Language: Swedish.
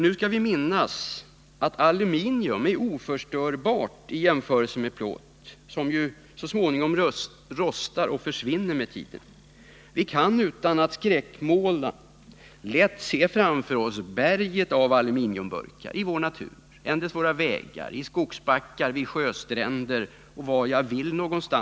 Nu skall vi minnas att aluminium är oförstörbart till skillnad från plåt, som rostar och försvinner med tiden. Vi kan utan att skräckmåla lätt se framför oss berget av aluminiumburkar i vår natur — längs våra vägar, i skogsbackar, vid sjöstränder eller var som helst.